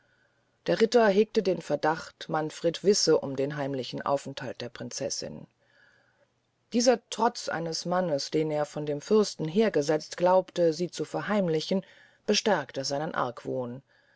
der ritter hegte den verdacht manfred wisse um den heimlichen aufenthalt der prinzessin dieser trotz eines mannes den er von dem fürsten hergesezt glaubte sie zu verheimlichen bestärkte seinen argwohn